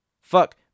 Fuck